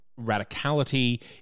radicality